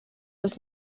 was